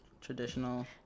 traditional